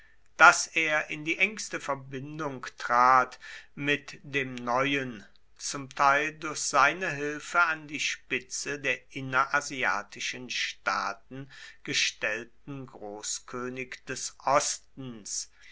daß er in die engste verbindung trat mit dem neuen zum teil durch seine hilfe an die spitze der innerasiatischen staaten gestellten großkönig des ostens